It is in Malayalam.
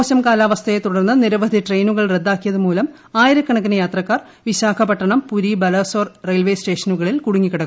മോശം കാലാവസ്ഥയെ തുടർന്ന് നിരവധി ട്രെയിനുകൾ റദ്ദാക്കിയതുമൂലം ആയിരക്കണക്കിന് യാത്രക്കാർ വിശാഖപട്ടണം പുരി ബാലസോർ റെയിൽവേസ്റ്റേഷനുകളിൽ കുടുങ്ങിക്കിടക്കുകയാണ്